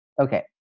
okay